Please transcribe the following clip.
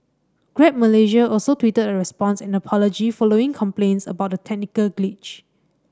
Grab Malaysia also tweeted a response and apology following complaints about the technical glitch